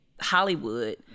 Hollywood